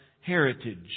heritage